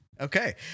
Okay